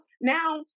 now